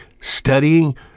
studying